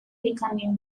becoming